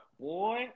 Boy